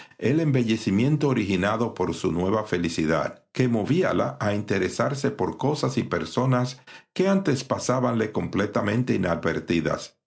el embellecimiento originado por su nueva felicidad que movíala a interesarse por cosas y personas que antes pasábanle completamente inadvertidas